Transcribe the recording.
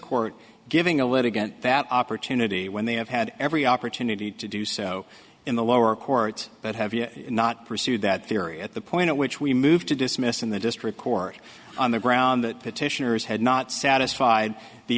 court giving a litigant that opportunity when they have had every opportunity to do so in the lower courts that have not pursued that theory at the point at which we moved to dismiss in the district court on the ground that petitioners had not satisfied the